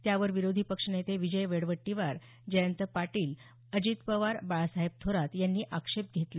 त्यावर विरोधी पक्षनेते विजय वडेवट्टीवार जयंत पाटील अजित पवार बाळासाहेब थोरात यांनी आक्षेप घेतला